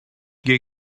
gay